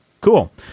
cool